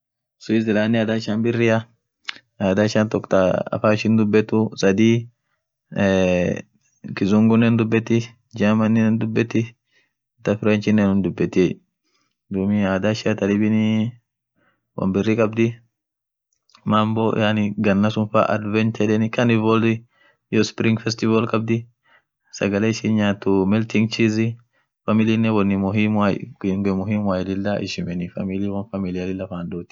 Swaziland adhaa ishian birria adhaa ishin toko thaa afan ishia dhubethu sadhii eeee kizungunen hindhubethi germaninen hin dhubethi hata frenchinen unum dhubethiye dhub adhaa ishian tha dhibin won birri khabdhii mambo ghan sunn faa advent yedheni canivoli iyoo spring festival khabdhii sagale ishin nyathu melting chise familinen wonni muhimua kiungo muhimua lila heshimeni famili won familia lila fan dhothi